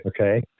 Okay